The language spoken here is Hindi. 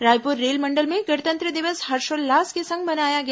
रायपुर रेल मंडल में गणतंत्र दिवस हर्षोल्लास के संग मनाया गया